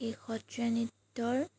এই সত্ৰীয়া নৃত্যৰ